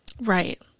Right